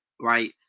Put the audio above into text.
Right